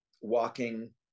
walking